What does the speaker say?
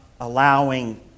allowing